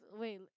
wait